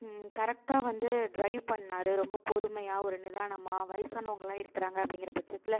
கரெக்ட்டாக வந்து டிரைவ் பண்ணிணாரு ரொம்ப பொறுமையாக ஒரு நிதானமாக வயதானவுங்களாம் இருக்கிறாங்க அப்படிங்குற பட்சத்தில்